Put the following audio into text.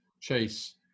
Chase